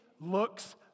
looks